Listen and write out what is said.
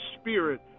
Spirit